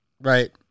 Right